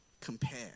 compare